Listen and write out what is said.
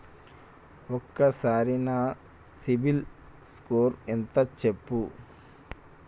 ఒక్కసారి నా సిబిల్ స్కోర్ ఎంత చెప్పు?